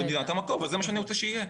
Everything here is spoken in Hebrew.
במדינת המקור, זה מה שאני רוצה שיהיה.